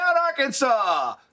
Arkansas